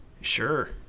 Sure